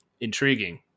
intriguing